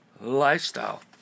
lifestyle